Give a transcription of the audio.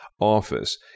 office